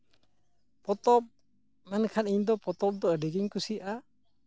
ᱯᱚᱛᱚᱵ ᱢᱮᱱᱠᱷᱟᱱ ᱤᱧᱫᱚ ᱯᱚᱛᱚᱵ ᱫᱚ ᱟᱹᱰᱤᱜᱤᱧ ᱠᱩᱥᱤᱭᱟᱜᱼᱟ